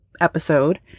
episode